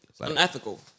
Unethical